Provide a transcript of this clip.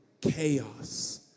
chaos